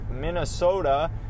Minnesota